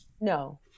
No